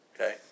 Okay